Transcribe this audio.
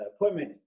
appointment